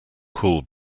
cool